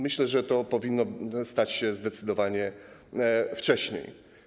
Myślę, że to powinno stać się zdecydowanie wcześniej.